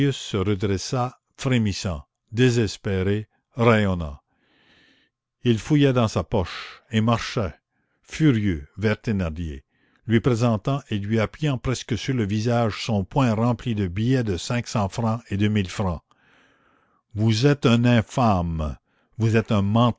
se redressa frémissant désespéré rayonnant il fouilla dans sa poche et marcha furieux vers thénardier lui présentant et lui appuyant presque sur le visage son poing rempli de billets de cinq cents francs et de mille francs vous êtes un infâme vous êtes un